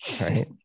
Right